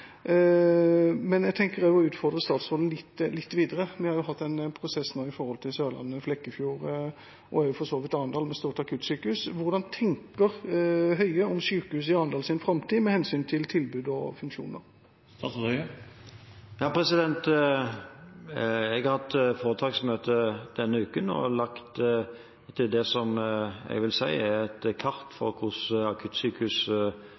men jeg tenker også å utfordre statsråden litt videre. Vi har hatt en prosess nå knyttet til Sørlandet, Flekkefjord og også for så vidt Arendal, med stort akuttsykehus. Hvordan tenker Høie om framtida til sykehuset i Arendal med hensyn til tilbud og funksjoner? Jeg har hatt foretaksmøte denne uken og laget det som jeg vil si er et kart